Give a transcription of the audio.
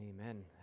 Amen